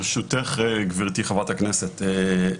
ברשותך, גברתי חברת הכנסת לסקי.